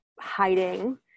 hiding